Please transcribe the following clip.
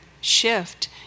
shift